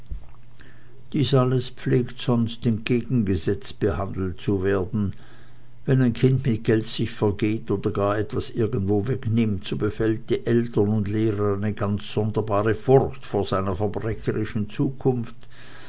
dies alles pflegt sonst entgegengesetzt behandelt zu werden wenn ein kind mit geld sich vergeht oder gar etwas irgendwo wegnimmt so befällt die eltern und lehrer eine ganz sonderbare furcht vor einer verbrecherischen zukunft